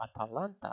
Atalanta